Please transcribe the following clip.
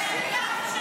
תתביישי, תתביישי לך.